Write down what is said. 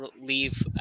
leave